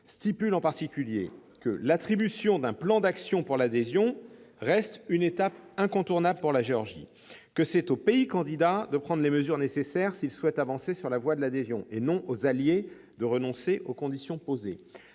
Varsovie, précise bien que l'attribution d'un plan d'action pour l'adhésion reste une étape incontournable pour la Géorgie ; que c'est aux pays candidats de prendre les mesures nécessaires s'ils souhaitent avancer sur la voie de l'adhésion, et non aux alliés de renoncer aux conditions posées